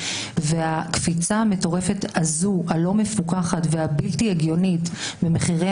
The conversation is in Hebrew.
והקפיצה המטורפת הזאת הלא מפוקחת והבלתי הגיונית במחירי